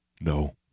No